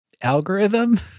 algorithm